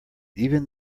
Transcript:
even